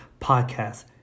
Podcast